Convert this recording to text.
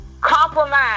Compromise